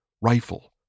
rifle